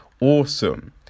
awesome